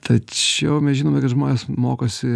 tačiau mes žinome kad žmonės mokosi